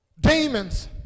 Demons